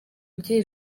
ry’iri